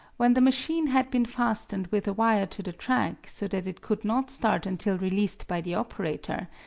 when the machine had been fastened with a wire to the track, so that it could not start until released by the operator,